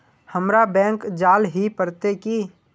हमरा बैंक जाल ही पड़ते की?